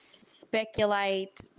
speculate